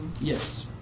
Yes